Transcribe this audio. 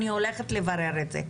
אני הולכת לברר את זה.